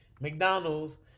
McDonald's